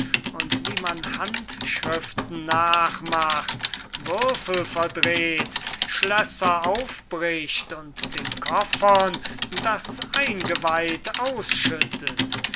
und wie man handschriften nachmacht würfel verdreht schlösser aufbricht und den koffern das eingeweid ausschüttet